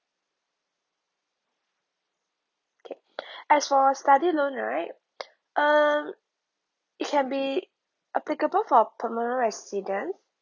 okay as for student loan right um it can be applicable for permanent resident